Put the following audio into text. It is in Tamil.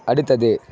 அடுத்தது